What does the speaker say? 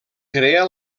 crea